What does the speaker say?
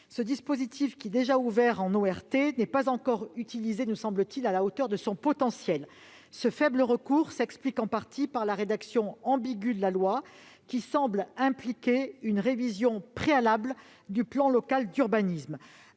Ce dispositif, déjà ouvert dans le cadre d'une ORT, n'est pas encore utilisé à la hauteur de son potentiel. Ce faible recours s'explique en partie par la rédaction ambiguë de la loi, laquelle semble impliquer une révision préalable du plan local d'urbanisme.